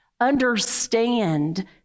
understand